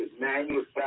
manufacture